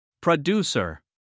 Producer